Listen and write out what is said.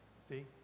See